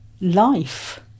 life